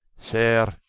sir,